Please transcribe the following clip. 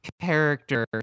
character